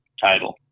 title